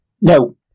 No